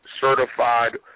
Certified